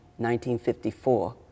1954